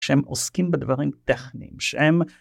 שהם עוסקים בדברים טכניים, שהם...